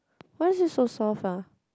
why is it so soft ah